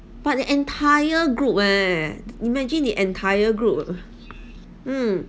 but the entire group eh imagine the entire group mm